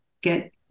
get